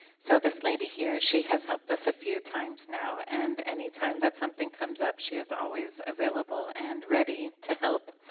so this lady here, she has helped us a few times now, and anytime that something comes up, she is always available and ready to help.